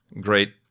great